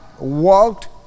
walked